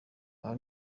aha